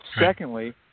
Secondly